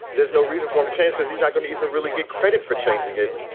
there's no reason for him to change because he's not going to even really get credit for changing it.